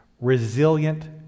resilient